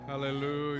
Hallelujah